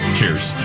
Cheers